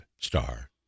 star